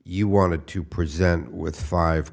you wanted to present with five